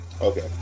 Okay